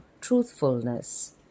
truthfulness